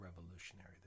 revolutionary